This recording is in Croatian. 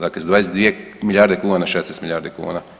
Dakle sa 22 milijarde kuna na 16 milijardi kuna.